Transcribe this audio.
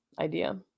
idea